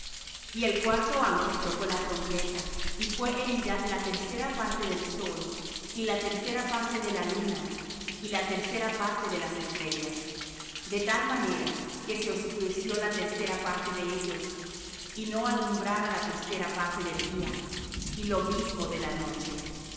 y el cuarto ángel tocó la trompeta y fué herida la tercera parte del sol y la tercera parte de la luna y la tercera parte de las estrellas de tal manera que se oscureció la tercera parte de ellos y no alumbraba la tercera parte del día y lo mismo de la noche